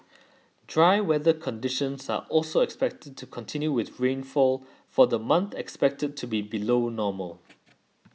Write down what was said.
dry weather conditions are also expected to continue with rainfall for the month expected to be below normal